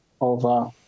over